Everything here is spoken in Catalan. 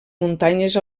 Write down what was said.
muntanyes